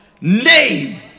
name